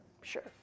Sure